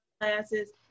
classes